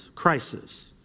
crisis